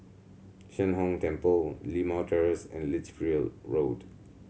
Sheng Hong Temple Limau Terrace and Lichfield Road